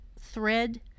thread